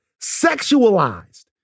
sexualized